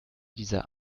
dieser